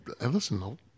listen